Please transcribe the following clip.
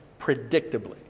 predictably